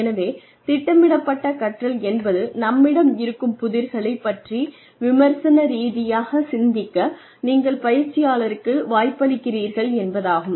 எனவே திட்டமிடப்பட்ட கற்றல் என்பது நம்மிடம் இருக்கும் புதிர்களை பற்றி விமர்சன ரீதியாக சிந்திக்க நீங்கள் பயிற்சியாளருக்கு வாய்ப்பளிக்கிறீர்கள் என்பதாகும்